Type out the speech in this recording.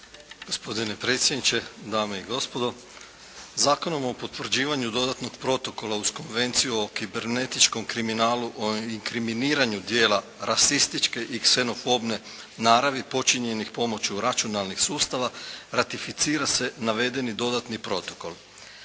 Gospodine predsjedniče, dame i gospodo. Zakonom o potvrđivanju dodatnog protokola uz Konvenciju o kibernetičkom kriminalu o inkriminiranju djela rasističke i ksenofobne naravi počinjenih pomoću računalnih sustava ratificira se navedeni dodatni protokol.